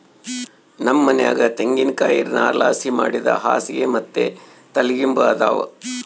ನಮ್ ಮನ್ಯಾಗ ತೆಂಗಿನಕಾಯಿ ನಾರ್ಲಾಸಿ ಮಾಡಿದ್ ಹಾಸ್ಗೆ ಮತ್ತೆ ತಲಿಗಿಂಬು ಅದಾವ